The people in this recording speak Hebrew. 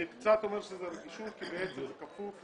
אני קצת אומר שזו רגישות כי בעצם זה כפוף.